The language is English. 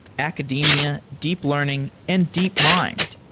academia, deep learning and deepmind.